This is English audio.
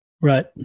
Right